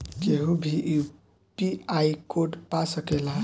केहू भी UPI code पा सकेला?